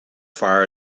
far